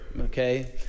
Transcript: okay